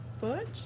Butch